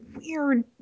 weird